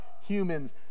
humans